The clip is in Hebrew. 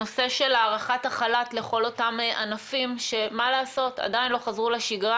הנושא של הארכת החל"ת לכל אותם ענפים שעדיין לא חזרו לשגרה,